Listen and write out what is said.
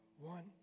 one